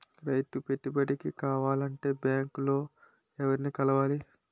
రైతు పెట్టుబడికి కావాలంటే బ్యాంక్ లో ఎవరిని కలవాలి?